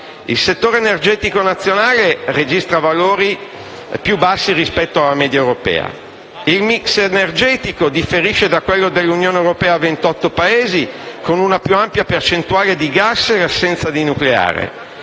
di produzione nazionale registra valori più bassi rispetto alla media europea; il *mix* energetico differisce da quello dell'Unione europea a 28 Paesi, con una più ampia percentuale di gas e l'assenza del nucleare;